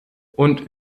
und